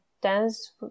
dance